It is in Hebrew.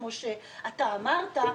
כמו שאתה אמרת,